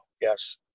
Yes